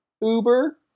uber